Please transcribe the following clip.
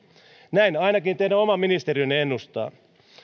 näin ainakin teidän oma ministeriönne ennustaa